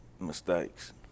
mistakes